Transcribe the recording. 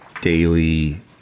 daily